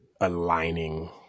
aligning